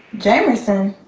jamerson?